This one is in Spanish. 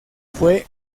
fue